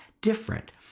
different